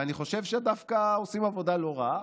ואני חושב שדווקא עושים עבודה לא רעה.